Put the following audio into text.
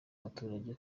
abaturage